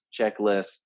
checklist